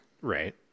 right